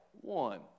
one